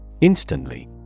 instantly